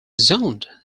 zoned